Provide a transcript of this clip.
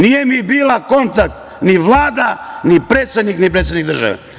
Nije mi bila kontakt ni Vlada, ni predsednik, ni predsednik države.